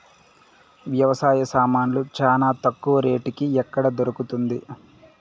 వ్యవసాయ సామాన్లు చానా తక్కువ రేటుకి ఎక్కడ దొరుకుతుంది?